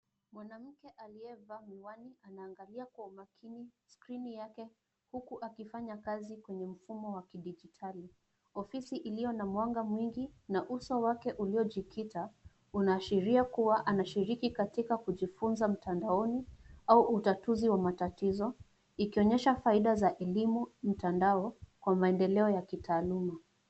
Mwanamke aliye vaa miwani ana angalia kwa umakini skrini yake huku akifanya kazi kwenye mfumo wa kidijitali. Ofisi iliyo na mwanga mwingi na uso wake uliojikita una ashiria kuwa ana shiriki katika kujifunza mtandaoni au utatuzi wa matatizo ikionyesha faida za elimu mtandao kwa maendeleo ya kitaaluma.